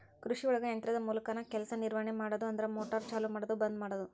ಕೃಷಿಒಳಗ ಯಂತ್ರದ ಮೂಲಕಾನ ಕೆಲಸಾ ನಿರ್ವಹಣೆ ಮಾಡುದು ಅಂದ್ರ ಮೋಟಾರ್ ಚಲು ಮಾಡುದು ಬಂದ ಮಾಡುದು